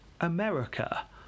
america